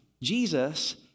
Jesus